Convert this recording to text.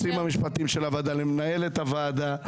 -- ליועצים המשפטיים של הוועדה, למנהלת הוועדה.